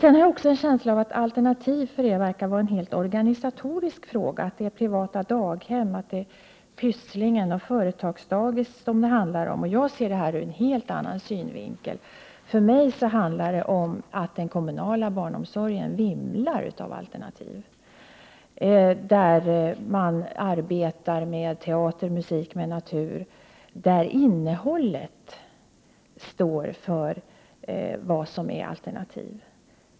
Jag har en känsla av att detta med alternativ uppfattas som enbart en organisatorisk fråga. Det handlar om privata daghem — om Pysslingen och företagsdagis. Men jag ser det här från en helt annan synvinkel. Jag uppfattar den kommunala barnomsorgen så, att det vimlar av alternativ. Man arbetar ju där med teater, musik och natur. Innehållet står för det som vi kallar för alternativ.